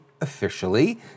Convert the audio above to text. officially